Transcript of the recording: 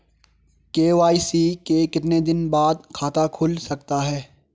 KYC के कितने दिन बाद खाता खुल सकता है?